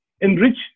enrich